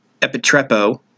epitrepo